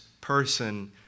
person